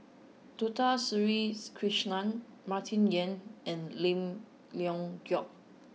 Dato Sri Krishna Martin Yan and Lim Leong Geok